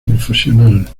profesional